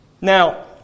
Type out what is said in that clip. Now